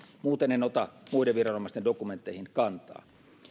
muuten en ota muiden viranomaisten dokumentteihin kantaa